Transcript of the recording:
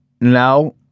now